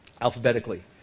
alphabetically